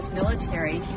military